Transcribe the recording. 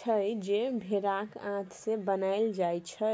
छै जे भेराक आंत सँ बनाएल जाइ छै